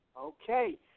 Okay